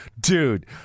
dude